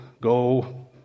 go